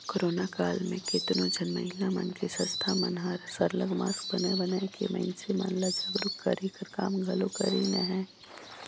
corona काल म केतनो झन महिला मन के संस्था मन हर सरलग मास्क बनाए बनाए के मइनसे मन ल जागरूक करे कर काम घलो करिन अहें